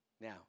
Now